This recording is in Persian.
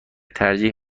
ترجیح